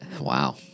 wow